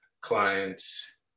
clients